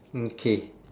mm K